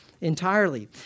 entirely